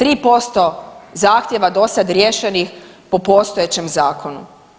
3% zahtjeva dosada riješenih po postojećem zakonu.